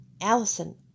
Allison